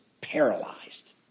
paralyzed